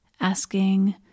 asking